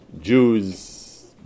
Jews